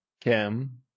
Kim